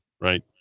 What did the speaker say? Right